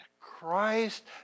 Christ